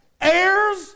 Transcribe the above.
Heirs